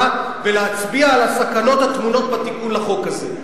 ולהצביע על הסכנות הטמונות בתיקון החוק הזה.